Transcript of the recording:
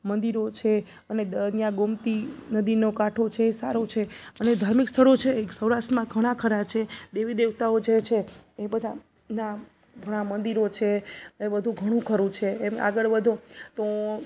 મંદિરો છે અને ત્યાં ગોમતી નદીનો કાંઠો છે એ સારો છે અને ધાર્મિક સ્થળો છે એ સૌરાષ્ટ્રમાં ઘણાં ખરાં છે દેવી દેવતાઓ જે છે એ બધાના થોડા મંદિરો છે એ બધુ ઘણું ખરું છે એમ આગળ વધો તો